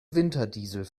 winterdiesel